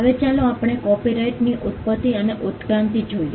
હવે ચાલો આપણે કોપિરાઇટની ઉત્પત્તિ અને ઉત્ક્રાંતિ જોઈએ